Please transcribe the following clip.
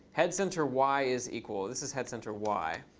head center y is equal. this is head center y.